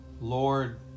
Lord